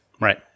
Right